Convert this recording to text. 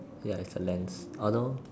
ya it's the lens although